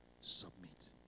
submit